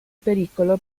pericolo